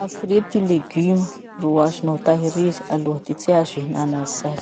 Hafiria ty leguma ro azonao tahiriza aloha ty tsy azo hihinana azy sasy?